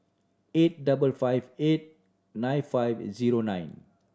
eight double five eight nine five zero nine